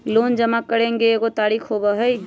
Loan जमा करेंगे एगो तारीक होबहई?